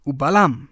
Ubalam